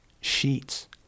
sheets